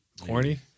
corny